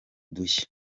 udushya